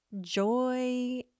joy